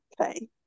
Okay